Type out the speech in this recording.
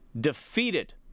defeated